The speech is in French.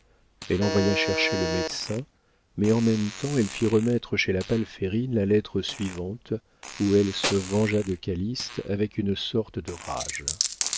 elle envoya chercher le médecin mais en même temps elle fit remettre chez la palférine la lettre suivante où elle se vengea de calyste avec une sorte de rage